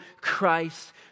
Christ